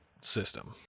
system